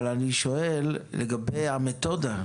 אבל אני שואל לגבי המתודה,